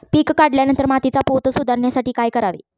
पीक काढल्यावर मातीचा पोत सुधारण्यासाठी काय करावे?